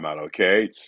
okay